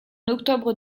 octobre